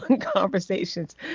conversations